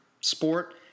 sport